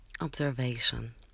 observation